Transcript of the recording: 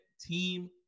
team